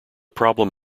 problem